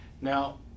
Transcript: Now